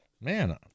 man